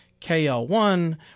KL1